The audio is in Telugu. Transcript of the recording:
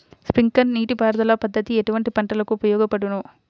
స్ప్రింక్లర్ నీటిపారుదల పద్దతి ఎటువంటి పంటలకు ఉపయోగపడును?